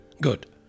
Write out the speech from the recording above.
Good